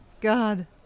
god